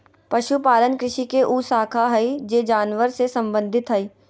पशुपालन कृषि के उ शाखा हइ जे जानवर से संबंधित हइ